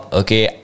okay